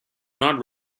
not